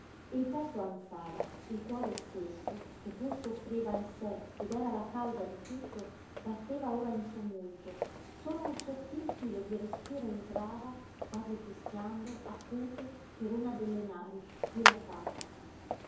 il petto ansava il cuore stesso che pur soffriva in sé ed era la causa di tutto batteva ora in tumulto solo un sottil filo di respiro entrava quasi fischiando acuto per una delle nari dilatata